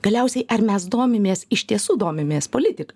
galiausiai ar mes domimės iš tiesų domimės politika